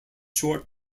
short